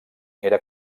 era